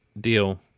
deal